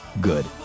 good